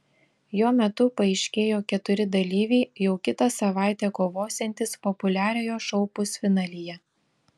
jo metu paaiškėjo keturi dalyviai jau kitą savaitę kovosiantys populiariojo šou pusfinalyje